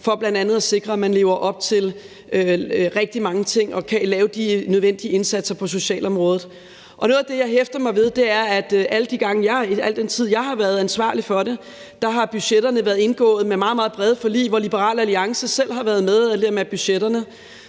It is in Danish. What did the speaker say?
for bl.a. at sikre, at man lever op til rigtig mange ting og kan lave de nødvendige indsatser på socialområdet. Noget af det, jeg hæfter mig ved, er, at i al den tid jeg har været ansvarlig for det, er budgetterne blevet indgået med meget, meget brede forlig, hvor Liberal Alliance selv har været med til at lægge budgetterne.